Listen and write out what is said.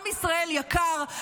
עם ישראל יקר,